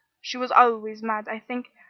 she was always mad, i think,